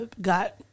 got